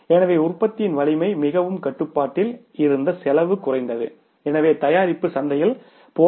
எனவே உற்பத்தியின் வலிமை மிகவும் கட்டுப்பாட்டில் இருந்த செலவு குறைந்தது எனவே தயாரிப்பு சந்தையில் போதுமான காலத்திற்கு ஏற்றுக்கொள்ளப்பட்டது